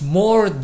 more